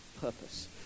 purpose